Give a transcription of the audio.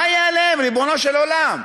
מה יהיה עליהם, ריבונו של עולם?